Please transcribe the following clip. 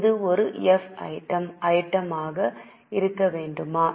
இது ஒரு F item யாக இருக்க வேண்டுமா